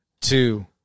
two